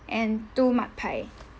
and two mud pie